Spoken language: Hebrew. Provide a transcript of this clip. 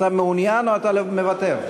אתה מעוניין או שאתה מוותר?